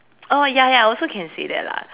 oh ya ya I also can say that lah